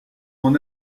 mon